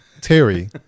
Terry